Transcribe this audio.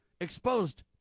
exposed